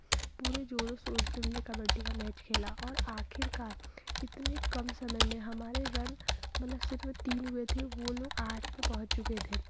पूरे ज़ोरों शोर से उनने कबड्डी का मैच खेला और आखिरकार इतने कम समय में हमारे रन मतलब सिर्फ़ तीन हुए थे वे लोग आठ पर पहुँच च चुके थे